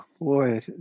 boy